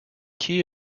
key